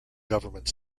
government